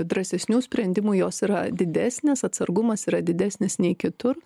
drąsesnių sprendimų jos yra didesnis atsargumas yra didesnis nei kitur